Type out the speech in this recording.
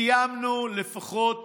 קיימנו לפחות